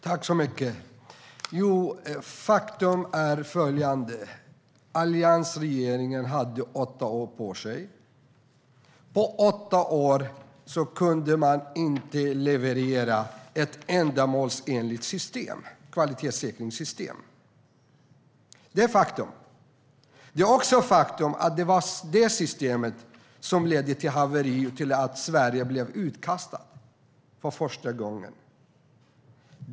Herr talman! Faktum är följande: Alliansregeringen hade åtta år på sig. På åtta år kunde man inte leverera ett ändamålsenligt kvalitetssäkringssystem. Det är ett faktum. Det är också ett faktum att det var det systemet som ledde till haveri och till att Sverige blev utkastat för första gången.